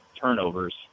turnovers